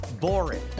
boring